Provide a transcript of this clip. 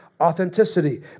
Authenticity